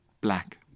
black